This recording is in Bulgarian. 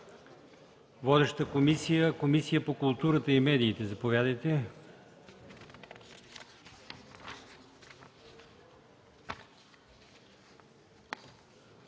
Водеща е Комисията по културата и медиите. Заповядайте.